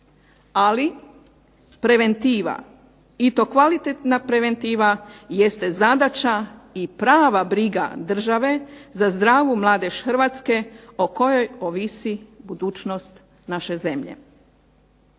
Ali preventiva, i to kvalitetna preventiva, jeste zadaća i prava briga države za zdravu mladež Hrvatske o kojoj ovisi budućnost naše zemlje.